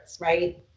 right